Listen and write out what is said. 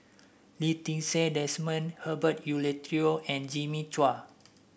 Lee Ti Seng Desmond Herbert Eleuterio and Jimmy Chua